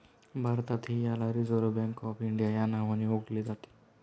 भारतातही याला reserve bank of India या नावाने ओळखले जाते